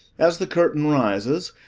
as the curtain rises,